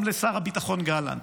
גם לשר הביטחון גלנט,